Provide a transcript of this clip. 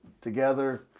together